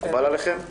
מקובל עליכן?